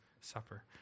Supper